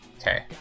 Okay